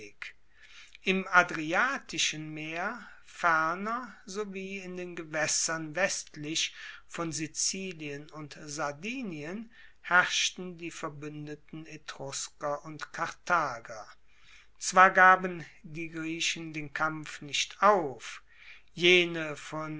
im adriatischen meer ferner sowie in den gewaessern westlich von sizilien und sardinien herrschten die verbuendeten etrusker und karthager zwar gaben die griechen den kampf nicht auf jene von